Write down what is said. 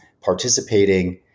participating